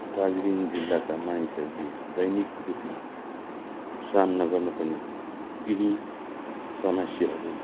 दार्जिलिङ जिल्लाका मानिसहरूले दैनिक रूपमा सामना गर्नुपर्ने केही समस्याहरू